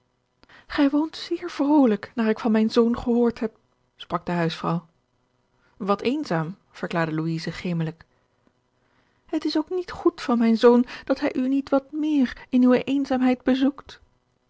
gij woont zeer vrolijk naar ik van mijn zoon gehoord heb sprak de huisvrouw wat eenzaam verklaarde louise gemelijk het is ook niet goed van mijn zoon dat hij u niet wat meer in uwe eenzaamheid bezoekt